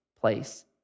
place